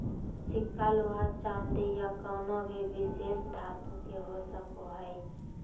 सिक्का लोहा चांदी या कउनो भी विशेष धातु के हो सको हय